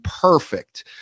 perfect